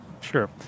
Sure